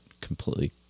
completely